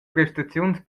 prestaziuns